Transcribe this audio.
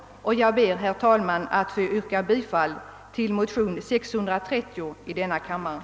Jag ber, herr talman, att få yrka bifall till motionerna I: 462 och II: 630.